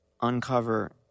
uncover